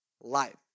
life